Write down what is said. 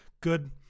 good